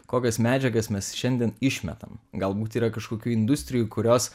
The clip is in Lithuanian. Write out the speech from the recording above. kokias medžiagas mes šiandien išmetam galbūt yra kažkokių industrijų kurios